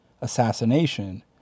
assassination